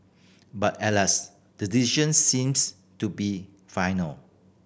but alas the decision seems to be final